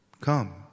Come